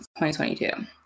2022